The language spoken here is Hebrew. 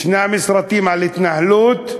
יש סרטים על התנהלות,